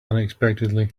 unexpectedly